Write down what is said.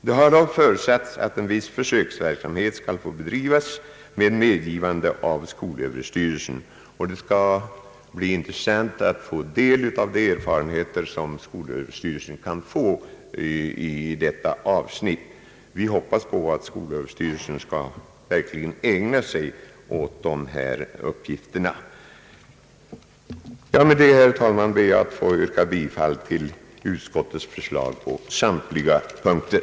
Det har dock förutsatts att en viss försöksverksamhet skall få bedrivas efter medgivande av skolöverstyrelsen. Det skall bli intressant att få ta del av de erfarenheter som skolöverstyrelsen kan få i detta avsnitt. Vi hoppas att skolöverstyrelsen verkligen skall ägna sig åt dessa uppgifter. Med dessa ord, herr talman, ber jag att få yrka bifall till utskottets förslag på samtliga punkter.